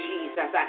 Jesus